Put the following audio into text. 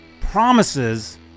promises